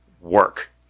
work